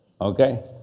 Okay